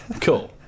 cool